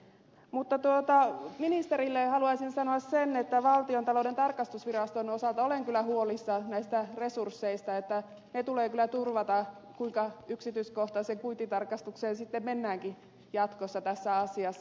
mutta ministerille haluaisin sanoa sen että valtiontalouden tarkastusviraston osalta olen kyllä huolissani näistä resursseista ne tulee kyllä turvata kuinka yksityiskohtaiseen kuittitarkastukseen sitten mennäänkin jatkossa tässä asiassa